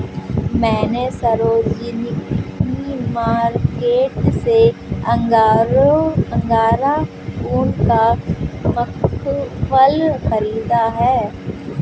मैने सरोजिनी मार्केट से अंगोरा ऊन का मफलर खरीदा है